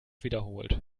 wiederholt